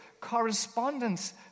correspondence